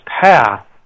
path